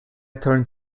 turned